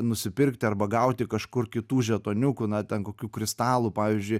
nusipirkti arba gauti kažkur kitų žetoniukų na ten kokių kristalų pavyzdžiui